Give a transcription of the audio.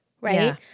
Right